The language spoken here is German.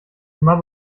immer